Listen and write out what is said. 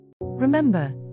Remember